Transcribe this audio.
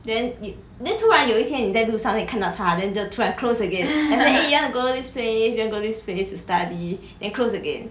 then y~ then 突然有一天你在路上 then 你看到他 then just 突然 close again then eh you want go this place you want go this place to study then close again